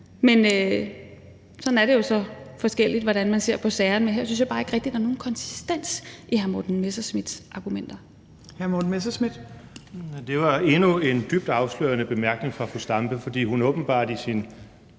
Men sådan ser vi jo så forskelligt på sagerne. Her synes jeg bare ikke rigtig, at der er nogen konsistens i hr. Morten Messerschmidts argumenter.